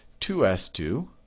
2s2